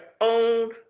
own